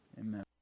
Amen